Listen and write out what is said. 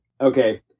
Okay